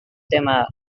tema